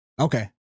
okay